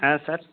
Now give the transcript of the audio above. হ্যাঁ স্যার